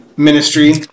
ministry